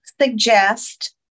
suggest